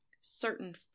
certain